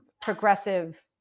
progressive